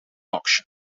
auction